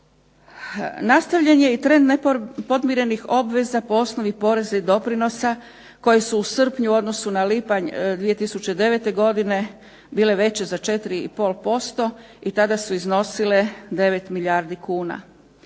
Nastavljen je i trend nepodmirenih obveza po osnovi poreza i doprinosa koji su u srpnju u odnosu na lipanj 2009. bile veće za 4,5% i tada su iznosile 9 milijardi kuna.